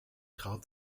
traut